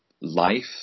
life